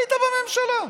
היית בממשלה.